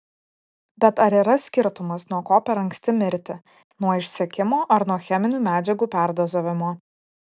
bet ar yra skirtumas nuo ko per anksti mirti nuo išsekimo ar nuo cheminių medžiagų perdozavimo